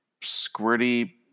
squirty